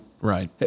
Right